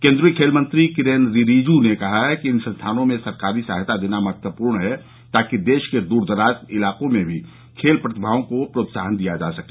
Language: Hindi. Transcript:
केन्द्रीय खेल मंत्री किरेन रिजिजू ने कहा कि इन संस्थानों को सरकारी सहायता देना महत्वपूर्ण है ताकि देश के दूर दराज़ इलाक़ों में भी खेल प्रतिभाओं को प्रोत्साहन दिया जा सके